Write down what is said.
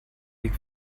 weg